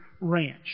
ranch